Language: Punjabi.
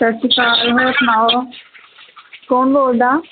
ਸਤਿ ਸ਼੍ਰੀ ਅਕਾਲ ਹੋਰ ਸੁਣਾਓ ਕੌਣ ਬੋਲਦਾ